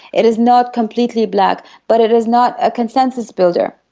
it is not completely black, but it is not a consensus builder.